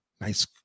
nice